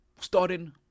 starting